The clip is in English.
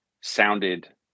sounded